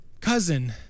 Cousin